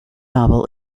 novel